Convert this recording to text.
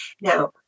now